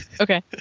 Okay